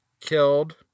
killed